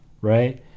right